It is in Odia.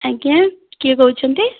ଆଜ୍ଞା କିଏ କହୁଛନ୍ତି